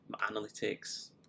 analytics